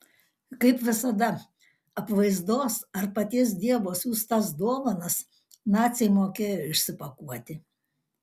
kaip visada apvaizdos ar paties dievo siųstas dovanas naciai mokėjo išsipakuoti